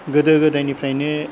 गोदो गोदायनिफ्रायनो